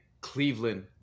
cleveland